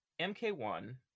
MK1